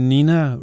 Nina